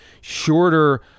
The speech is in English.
shorter